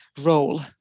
role